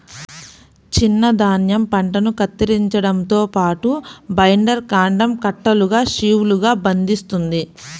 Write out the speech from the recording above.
చిన్న ధాన్యం పంటను కత్తిరించడంతో పాటు, బైండర్ కాండం కట్టలుగా షీవ్లుగా బంధిస్తుంది